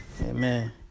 Amen